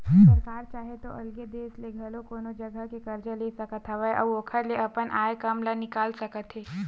सरकार चाहे तो अलगे देस ले घलो कोनो जघा ले करजा ले सकत हवय अउ ओखर ले अपन आय काम ल निकाल सकत हे